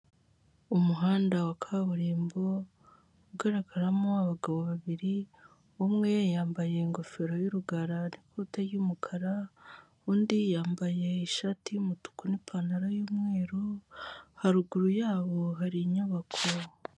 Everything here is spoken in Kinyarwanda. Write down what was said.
Umuhanda wa kaburimbo ugaragaramo abagabo babiri, umwe yambaye ingofero y'urugara n'ikote ry'umukara, undi yambaye ishati y'umutuku n'ipantaro y'umweru, haruguru yabo hari inyubako.